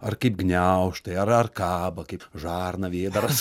ar kaip gniaužtai ar ar kaba kaip žarna vėdaras